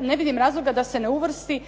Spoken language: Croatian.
ne vidim razloga da se ne uvrsti